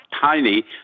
tiny